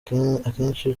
akenshi